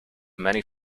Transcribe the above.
many